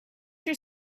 your